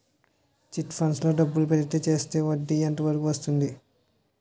Chit funds లో డబ్బులు పెడితే చేస్తే వడ్డీ ఎంత వరకు వస్తుంది?